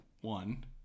one